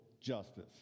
justice